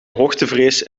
hoogtevrees